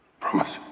Promise